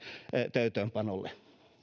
täytäntöönpanolle